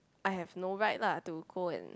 I have no rights like to go and